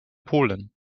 polen